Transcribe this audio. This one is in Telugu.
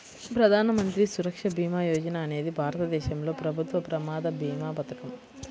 ప్రధాన మంత్రి సురక్ష భీమా యోజన అనేది భారతదేశంలో ప్రభుత్వ ప్రమాద భీమా పథకం